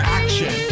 action